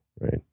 right